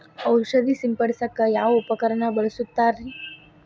ಔಷಧಿ ಸಿಂಪಡಿಸಕ ಯಾವ ಉಪಕರಣ ಬಳಸುತ್ತಾರಿ?